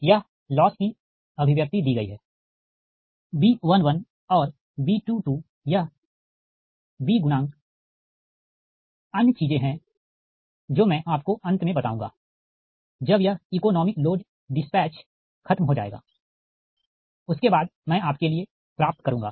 यह लॉस की अभिव्यक्ति दी गई हैB11और B22 यह B गुणांक अन्य चीजें हैं जो मैं आपको अंत में बताऊंगा जब यह इकॉनोमिक लोड डिस्पैच खत्म हो जाएगा उसके बाद मैं आपके लिए प्राप्त करुंगा